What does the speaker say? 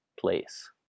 place